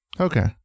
Okay